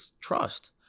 trust